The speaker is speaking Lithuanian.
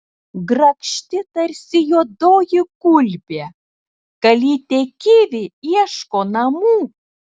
grakšti tarsi juodoji gulbė kalytė kivi ieško namų